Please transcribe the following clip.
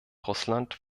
russland